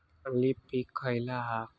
चांगली पीक खयला हा?